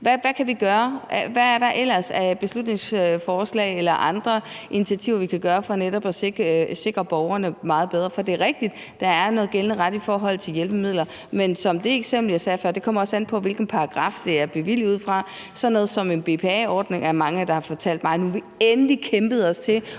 Hvad kan vi gøre? Hvad er der ellers af beslutningsforslag eller andre initiativer, vi kan tage for netop at sikre borgerne meget bedre? For det er rigtigt, at der er ret til hjælpemidler i gældende lov, men som i det eksempel, jeg gav før, kommer det også an på, hvilken paragraf de er bevilget fra. I forhold til sådan noget som en BPA-ordning er der mange, der har fortalt mig: Nu har jeg endelig kæmpet mig til